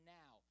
now